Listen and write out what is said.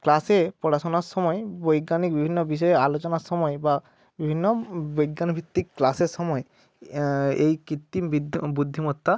ক্লাসে পড়াশোনার সময় বৈজ্ঞানিক বিভিন্ন বিষয়ে আলোচনার সময় বা বিভিন্ন বিজ্ঞানভিত্তিক ক্লাসের সময় এই কৃত্রিম বিদ্যা বুদ্ধিমত্তা